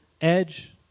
edge